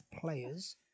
Players